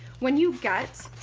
when you've got